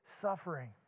suffering